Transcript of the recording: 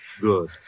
Good